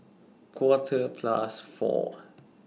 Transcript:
Quarter Past four